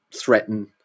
threaten